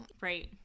Right